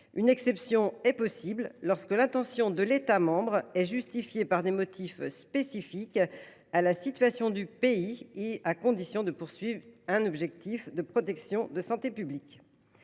Une exception est possible lorsque l’intention de l’État membre est justifiée par des motifs spécifiques à la situation du pays, à condition qu’il y ait un objectif de protection de la santé publique.